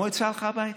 המועצה הלכה הביתה.